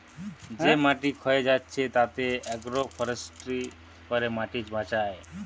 যে মাটি ক্ষয়ে যাচ্ছে তাতে আগ্রো ফরেষ্ট্রী করে মাটি বাঁচায়